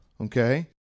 okay